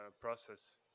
process